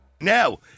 Now